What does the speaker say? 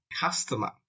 customer